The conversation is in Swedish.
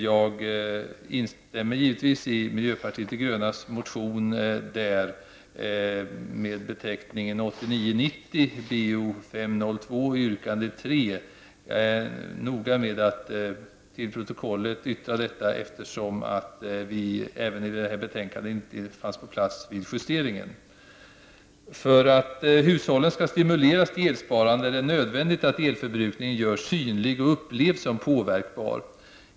Jag instämmer givetvis i miljöpartiet de grönas motion 1989/90:Bo502, yrkande 3. Jag är noga med att till protokollet yttra detta, eftersom vi när det gäller det här betänkandet inte fanns på plats vid justeringen. För att hushållen skall stimuleras till elsparande är det nödvändigt att elförbrukningen görs synlig och upplevs som påverkbar.